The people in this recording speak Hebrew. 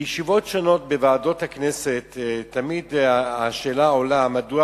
בישיבות שונות בוועדות הכנסת עולה השאלה מדוע